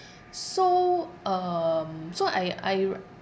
so um so I I